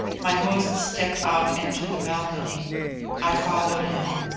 my host stepped out into the balcony i followed him.